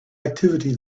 activity